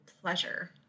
pleasure